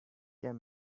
tell